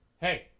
Hey